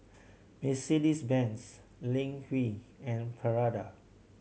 Mercedes Benz Ling Wu and Prada